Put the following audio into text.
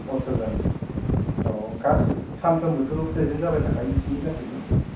अथ्र'जन औ औ गासै सानफ्रोमबोथ' प्रेजेन्ट जाबाय थाखायो बिसोरनि गासैबो